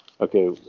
Okay